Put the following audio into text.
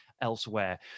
elsewhere